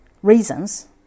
reasons